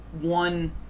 one